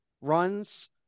runs